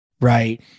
right